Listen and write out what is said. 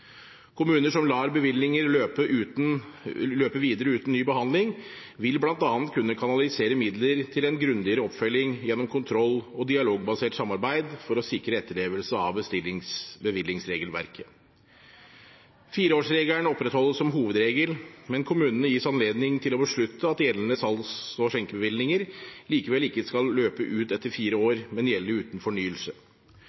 Kommuner som lar bevillinger løpe videre uten ny behandling, vil bl.a. kunne kanalisere midler til en grundigere oppfølging gjennom kontroll og dialogbasert samarbeid for å sikre etterlevelse av bevillingsregelverket. Fireårsregelen opprettholdes som hovedregel, men kommunene gis anledning til å beslutte at gjeldende salgs- og skjenkebevillinger likevel ikke skal løpe ut etter fire år, men gjelde uten fornyelse.